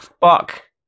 Fuck